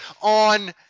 on